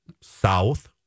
south